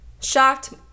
shocked